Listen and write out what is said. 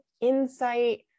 insight